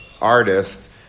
artist